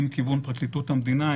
אם מכיוון פרקליטות המדינה,